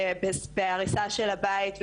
בהריסה של הבית,